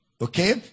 Okay